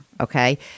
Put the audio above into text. Okay